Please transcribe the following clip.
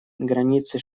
границы